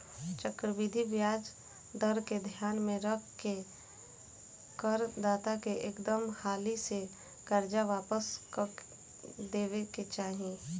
चक्रवृद्धि ब्याज दर के ध्यान में रख के कर दाता के एकदम हाली से कर्जा वापस क देबे के चाही